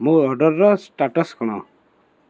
ମୋ ଅର୍ଡ଼ରର ଷ୍ଟାଟସ୍ କ'ଣ